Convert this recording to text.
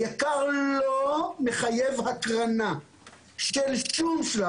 היק"ר לא מחייב הקרנה של שום שלב.